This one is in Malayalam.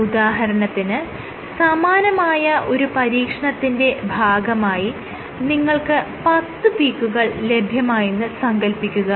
ഉദാഹരണത്തിന് സമാനമായ ഒരു പരീക്ഷണത്തിന്റെ ഭാഗമായി നിങ്ങൾക്ക് പത്ത് പീക്കുകൾ ലഭ്യമായെന്ന് സങ്കൽപ്പിക്കുക